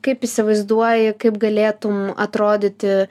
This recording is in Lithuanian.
kaip įsivaizduoji kaip galėtum atrodyti